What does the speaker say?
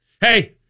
Hey